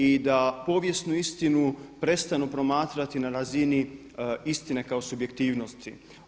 I da povijesnu istinu prestanu promatrati na razini istine kao subjektivnosti.